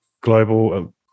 Global